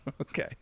Okay